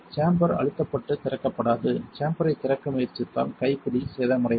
chamber அழுத்தப்பட்டு திறக்கப்படாது சேம்பரைத் திறக்க முயற்சித்தால் கைப்பிடி சேதமடையலாம்